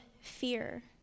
fear